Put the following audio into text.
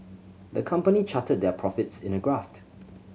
the company charted their profits in a graphed